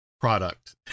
product